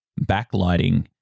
backlighting